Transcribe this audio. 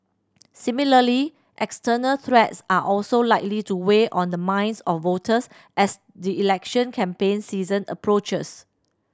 similarly external threats are also likely to weigh on the minds of voters as the election campaign season approaches